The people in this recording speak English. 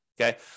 Okay